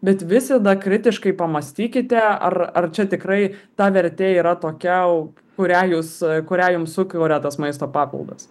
bet visada kritiškai pamąstykite ar ar čia tikrai ta vertė yra tokia kurią jūs kurią jums sukuria tas maisto papildas